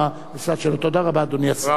מודה לחבר הכנסת טלב אלסאנע,